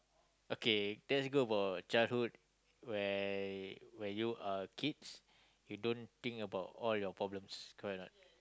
okay that's good about childhood where when you are kids you don't think all your problems correct or not